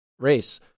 race